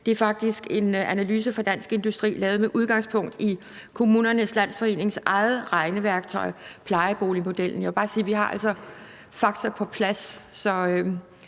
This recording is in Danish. Det er faktisk en analyse fra Dansk Industri lavet med udgangspunkt i Kommunernes Landsforenings eget regneværktøj plejeboligmodellen. Jeg vil bare sige, at vi altså har fakta på plads,